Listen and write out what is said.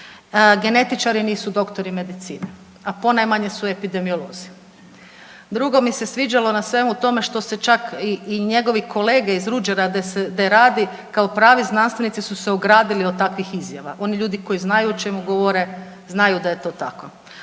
genetičari nisu doktori medicine, a ponajmanje su epidemiolozi. Drugo mi se sviđalo na svemu tome što se čak i njegovi kolege iz Ruđera gdje radi kao pravi znanstvenici su se ogradili od takvih izjava, oni ljudi koji znaju o čemu govore, znaju daje to tako.